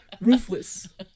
Ruthless